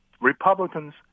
Republicans